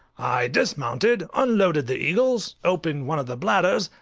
i dismounted, unloaded the eagles, opened one of the bladders,